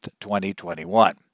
2021